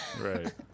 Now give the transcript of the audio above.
Right